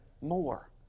more